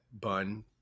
bun